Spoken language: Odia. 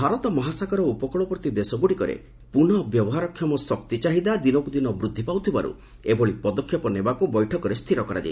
ଭାରତ ମହାସାଗର ଉପକୂଳବର୍ତ୍ତୀ ଦେଶଗୁଡ଼ିକରେ ପୁନଃ ବ୍ୟବହାରକ୍ଷମ ଶକ୍ତି ଚାହିଦା ଦିନକୁ ଦିନ ବୃଦ୍ଧି ପାଉଥିବାରୁ ଏଭଳି ପଦକ୍ଷେପ ନେବାକୁ ବୈଠକରେ ସ୍ଥିର କରାଯାଇଛି